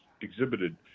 exhibited